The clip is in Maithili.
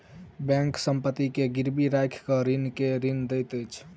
बैंक संपत्ति के गिरवी राइख के ऋणी के ऋण दैत अछि